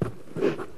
אדוני היושב-ראש,